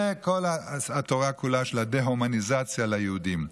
זה כל התורה כולה של הדה-הומניזציה ליהודים.